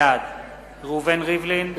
בעד ראובן ריבלין,